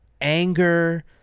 anger